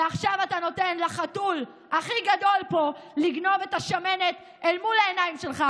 ועכשיו אתה נותן לחתול הכי גדול פה לגנוב את השמנת אל מול העיניים שלך,